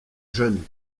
jeune